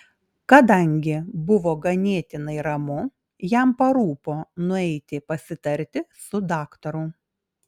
kadangi buvo ganėtinai ramu jam parūpo nueiti pasitarti su daktaru